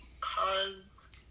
cause